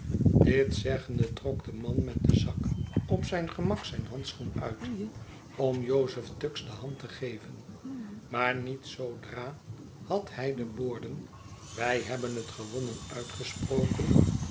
dit zeggende trok de man met den zak op zijn gemak zijn handschoen uit om joseph tuggs de hand te geven maar niet zoodra had hij de woorden wij hebben het gewonnen uitgesproken